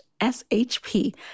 SHP